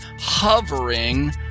hovering